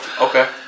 Okay